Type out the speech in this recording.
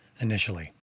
initially